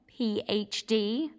PhD